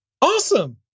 Awesome